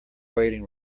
waiting